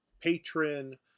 patron